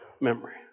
memory